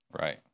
Right